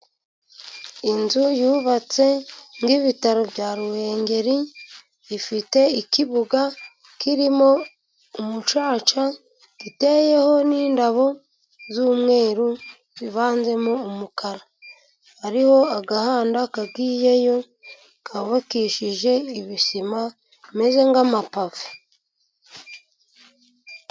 Inzu yubatse nk'Ibitaro bya Ruhengeri, ifite ikibuga kirimo umucaca, giteyeho n'indabo z'umweru zivanzemo umukara. Hariho agahanda kagiyeyo kubakishije ibisima bimeze nk'amapave.